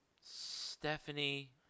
Stephanie